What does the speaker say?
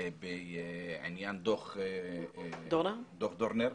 בעניין דוח דורנר,